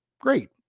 great